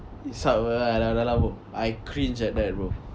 it sucked bro I cringe at that bro